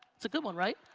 it's a good one, right?